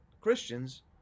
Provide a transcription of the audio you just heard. Christians